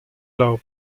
love